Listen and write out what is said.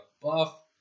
buff